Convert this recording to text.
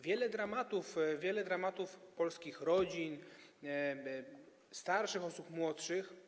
Wiele dramatów, wiele dramatów polskich rodzin, starszych osób, młodszych.